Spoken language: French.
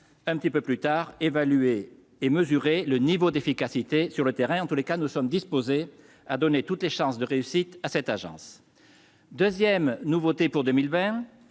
un petit peu plus tard, évaluer et mesurer le niveau d'efficacité sur le terrain, en tous les cas, nous sommes disposés à donner toutes les chances de réussite à cette agence 2ème nouveauté pour 2020